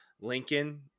Lincoln